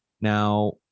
Now